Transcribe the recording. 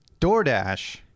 DoorDash